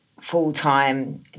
full-time